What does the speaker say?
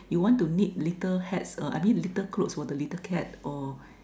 you want to knit little hats err I mean little clothes for the little cat or